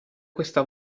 questa